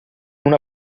una